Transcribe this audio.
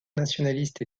nationaliste